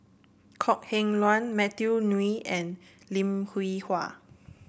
Kok Heng Leun Matthew Ngui and Lim Hwee Hua